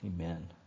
Amen